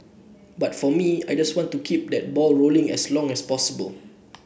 but for me I just want to keep that ball rolling as long as possible